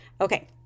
okay